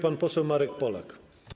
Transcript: Pan poseł Marek Polak.